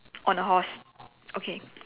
on a horse okay